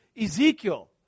Ezekiel